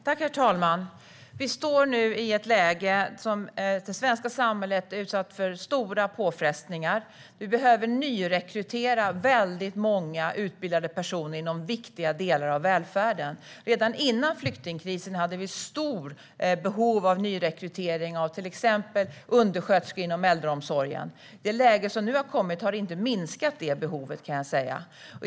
Herr talman! Vi står nu i ett läge där det svenska samhället är utsatt för stora påfrestningar. Vi behöver nyrekrytera väldigt många utbildade personer inom viktiga delar av välfärden. Redan före flyktingkrisen hade vi stora behov av nyrekrytering av till exempel undersköterskor inom äldreomsorgen. Det läge som nu inträtt har inte minskat det behovet, kan jag säga.